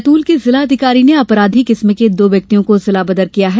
बैतूल के जिला अधिकारी ने अपराधी किस्म के दो व्यक्तियों को जिलाबदर किया है